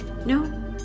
no